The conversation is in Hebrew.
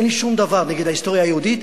אין לי שום דבר נגד ההיסטוריה היהודית,